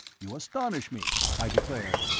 you astonish me, i declared,